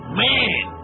man